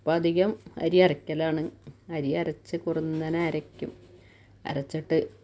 ഇപ്പധികം അരി അരക്കലാണ് അരി അരച്ച് കുറുന്നനെ അരക്കും അരച്ചിട്ട്